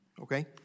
Okay